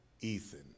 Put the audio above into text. Ethan